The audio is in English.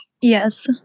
Yes